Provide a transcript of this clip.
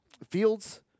Fields